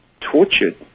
tortured